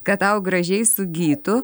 kad tau gražiai sugytų